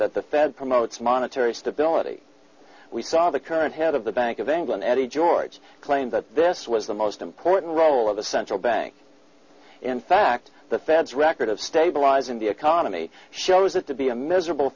that the fed promotes monetary stability we saw the current head of the bank of england eddie george claim that this was the most important role of the central bank in fact the fed's record of stabilizing the economy shows that to be a miserable